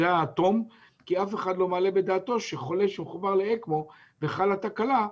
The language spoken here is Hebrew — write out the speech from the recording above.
כי אף אחד לא מעלה בדעתו שחולה שמחובר לאקמו וחלה תקלה,